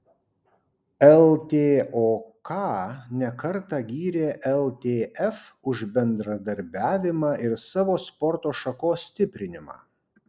ltok ne kartą gyrė ltf už bendradarbiavimą ir savo sporto šakos stiprinimą